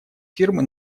фирмы